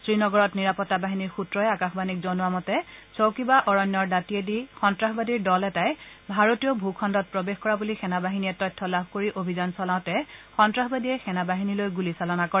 শ্ৰীনগৰত নিৰাপত্তা বাহিনীৰ সূত্ৰই আকাশবাণীক জনোৱা মতে চৌকিবা অৰণ্যৰ দাতিয়েদি সন্তাসবাদীৰ দল এটাই ভাৰতীয় ভূখণ্ডত প্ৰৱেশ কৰা বুলি সেনা বাহিনীয়ে তথ্য লাভ কৰি অভিযান চলাওঁতে সন্তাসবাদীয়ে সেনা বাহিনীলৈ গুলি চালনা কৰে